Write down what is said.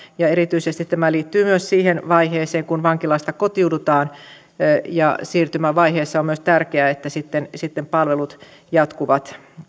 ja erityisesti tämä liittyy myös siihen vaiheeseen kun vankilasta kotiudutaan siirtymävaiheessa on myös tärkeää että sitten sitten palvelut jatkuvat